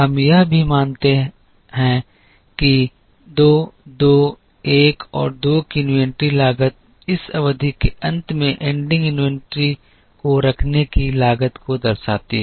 हम यह भी मानने वाले हैं कि 2 2 1 और 2 की इन्वेंट्री लागत इस अवधि के अंत में एंडिंग इन्वेंट्री को रखने की लागत को दर्शाती है